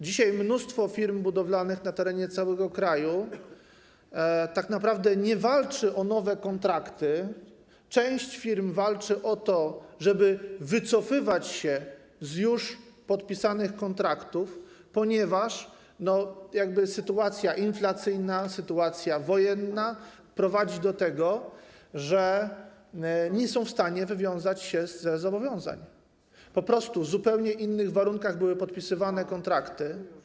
Dzisiaj mnóstwo firm budowlanych na terenie całego kraju tak naprawdę nie walczy o nowe kontrakty, część z nich walczy o to, żeby mogły wycofać się z już podpisanych kontraktów, ponieważ sytuacja inflacyjna, sytuacja wojenna prowadzi do tego, że nie są w stanie wywiązać się ze zobowiązań, ponieważ w zupełnie innych warunkach były podpisywane kontrakty.